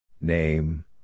Name